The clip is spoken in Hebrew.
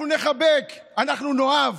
אנחנו נחבק, אנחנו נאהב,